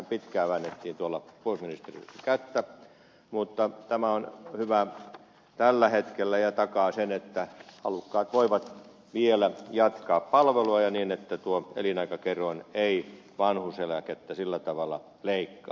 siitähän pitkään väännettiin tuolla puolustusministeriössä kättä mutta tämä on hyvä tällä hetkellä ja takaa sen että halukkaat voivat vielä jatkaa palvelua ja niin että tuo elinaikakerroin ei vanhuuseläkettä sillä tavalla leikkaa